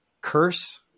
curse